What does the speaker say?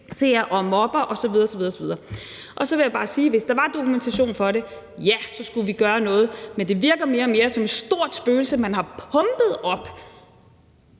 og mobber osv. osv., og jeg vil bare sige, at hvis der var dokumentation for det, ja, så skulle vi gøre noget. Men det virker mere og mere som et stort spøgelse, man har pumpet op